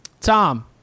Tom